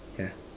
yeah